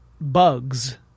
bugs